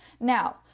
Now